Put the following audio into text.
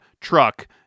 truck